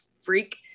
freak